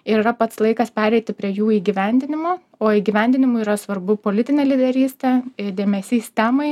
ir yra pats laikas pereiti prie jų įgyvendinimo o įgyvendinimui yra svarbu politinė lyderystė ir dėmesys temai